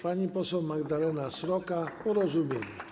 Pani poseł Magdalena Sroka, Porozumienie.